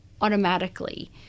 automatically